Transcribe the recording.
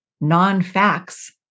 Non-facts